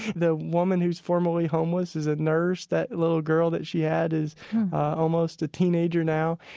the woman who's formerly homeless is a nurse. that little girl that she had is almost a teenager now.